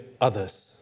others